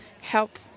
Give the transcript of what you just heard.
help